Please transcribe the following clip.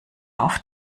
auf